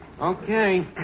Okay